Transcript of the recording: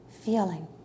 feeling